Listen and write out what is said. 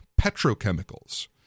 petrochemicals